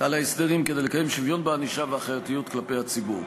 על ההסדרים כדי לקדם שוויון בענישה ואחריותיות כלפי הציבור.